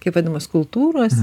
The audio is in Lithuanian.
kaip vadinamos kultūros